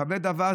כבד אווז